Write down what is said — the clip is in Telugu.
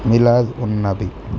మిలాజ్ ఉన్నది